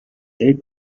they